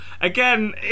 Again